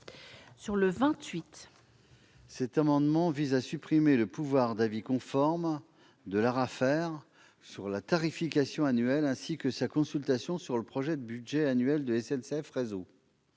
n° 28 tend à supprimer le pouvoir d'avis conforme de l'ARAFER sur la tarification annuelle, ainsi que sa consultation sur le projet de budget annuel de SNCF Réseau.